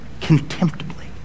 contemptibly